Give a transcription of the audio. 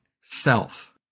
self